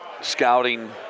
scouting